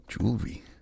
Jewelry